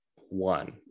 one